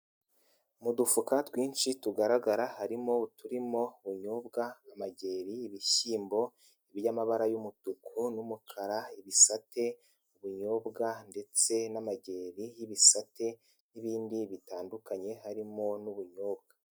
Mu dufuka twinshi tugaragara harimo turimo ubunyobwa, amageri, ibishyimbo by'amabara y'umutuku n'umukara, ibisate ubunyobwa ndetse n'amageri y'ibisate n'ibindi bitandukanye harimo n'ubunyobwa.